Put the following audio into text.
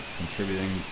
contributing